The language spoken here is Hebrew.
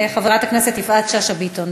חברת הכנסת יפעת שאשא ביטון,